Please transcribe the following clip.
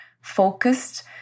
focused